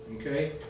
okay